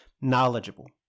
knowledgeable